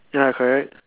ya correct